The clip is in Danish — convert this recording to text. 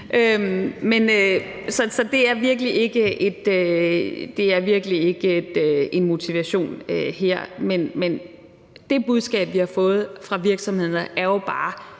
Så det er virkelig ikke en motivation her. Men det budskab, vi har fået fra virksomhederne, er jo bare,